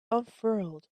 unfurled